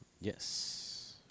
yes